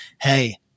Hey